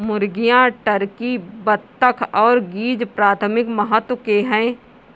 मुर्गियां, टर्की, बत्तख और गीज़ प्राथमिक महत्व के हैं